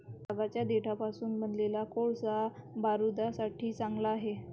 तागाच्या देठापासून बनवलेला कोळसा बारूदासाठी चांगला आहे